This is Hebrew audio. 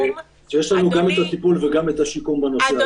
----- יש לנו גם את הטיפול וגם את השיקום בנושא הזה.